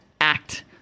act